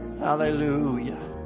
Hallelujah